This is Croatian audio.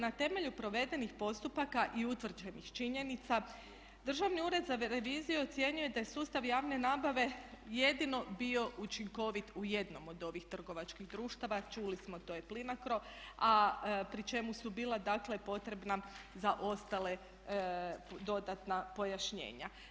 Na temelju provedenih postupaka i utvrđenih činjenica Državni ured za reviziju ocijenio je da je sustav javne nabave jedino bio učinkovit u jednom od ovih trgovačkih društava čuli smo to je Plinacro a pri čemu su bila dakle potrebna za ostale dodatna pojašnjenja.